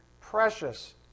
precious